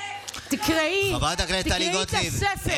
תקראי את הספר.